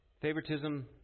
favoritism